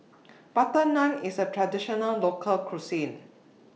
Butter Naan IS A Traditional Local Cuisine